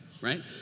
Right